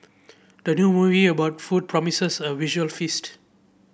the new movie about food promises a visual feast